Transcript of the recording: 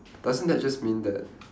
doesn't that just mean that